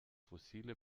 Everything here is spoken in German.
fossile